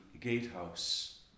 gatehouse